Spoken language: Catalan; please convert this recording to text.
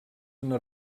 una